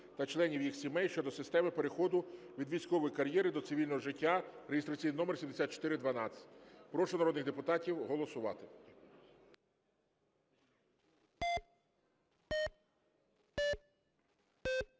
та членів їх сімей” щодо cистеми переходу від військової кар’єри до цивільного життя (реєстраційний номер 7412). Прошу народних депутатів голосувати.